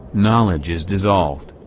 knowledge is dissolved.